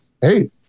Hey